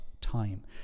time